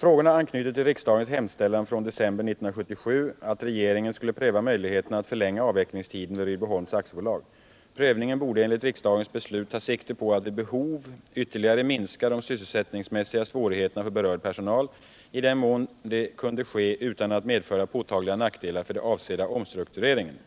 Frågorna anknyter till riksdagens hemställan från december 1977 att regeringen skulle pröva möjligheterna att förlänga avvecklingstiden vid Rydboholms AB. Prövningen borde enligt riksdagens beslut ta sikte på att vid behov ytterligare minska de sysselsättningsmässiga svårigheterna för berörd personal i den mån det kunde ske utan att medföra påtagliga nackdelar för den avsedda omstruktureringen.